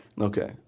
Okay